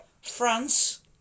france